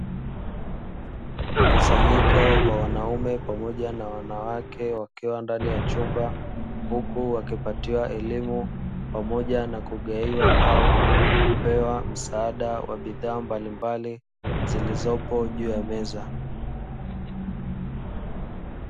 Mkusanyiko wa wanaume pamoja na wanawake, wakiwa ndani ya chumba, huku wakipatiwa elimu pamoja na kugaiwa au kupewa msaada wa bidhaa mbalimbali, zilizopo juu ya meza.